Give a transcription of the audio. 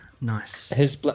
nice